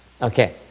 Okay